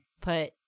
put